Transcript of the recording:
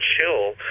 chill